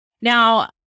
Now